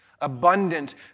abundant